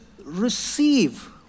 receive